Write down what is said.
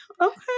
Okay